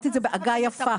נורה אדומה פה.